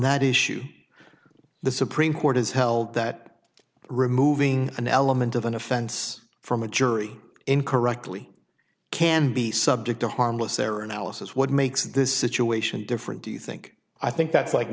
that issue the supreme court has held that removing an element of an offense from a jury incorrectly can be subject to harmless error analysis what makes this situation different do you think i think that's like